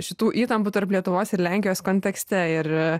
šitų įtampų tarp lietuvos ir lenkijos kontekste ir